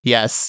Yes